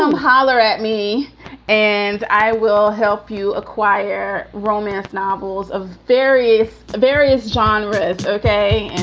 um holler at me and i will help you acquire romance novels of various various genres. ok,